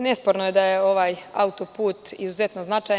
Nesporno je da je ovaj autoput izuzetno značajan.